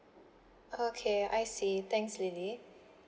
okay I see thanks lily